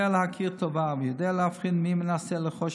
יודע להכיר טובה ויודע להבחין מי מנסה לרכוש